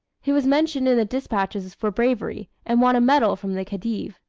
he was mentioned in the despatches for bravery, and won a medal from the khedive.